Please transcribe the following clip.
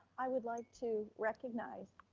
i would like to recognize